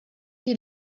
die